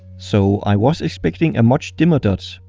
so i was expecting a much dimmer dot.